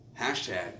hashtag